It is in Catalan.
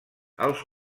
els